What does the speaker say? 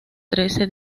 trece